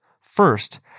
First